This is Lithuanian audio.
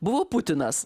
buvo putinas